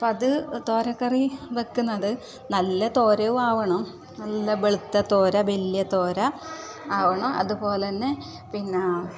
അപ്പം അത് തോരക്കറി വെക്കുന്നത് നല്ല തോരയും ആകണം നല്ല വെളുത്ത തോര വലിയ തോര ആകണം അതുപോലെ തന്നെ പിന്നെ